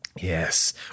Yes